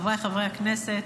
חבריי חברי הכנסת,